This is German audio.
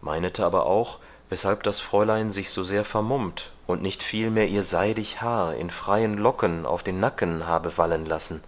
meinete aber auch weshalb das fräulein sich so sehr vermummt und nicht vielmehr ihr seidig haar in freien locken auf den nacken habe wallen lassen